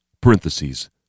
Parentheses